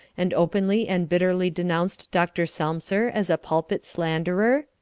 and openly and bitterly denounced dr. selmser as a pulpit slanderer?